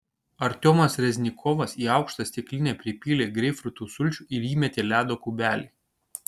artiomas reznikovas į aukštą stiklinę pripylė greipfrutų sulčių ir įmetė ledo kubelį